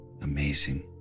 amazing